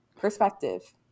perspective